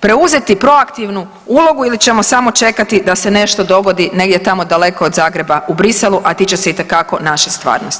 preuzeti proaktivnu ulogu ili ćemo samo čekati da se nešto dogodi negdje tamo daleko od Zagreba u Bruxellesu, a tiče se itekako naše stvarnosti.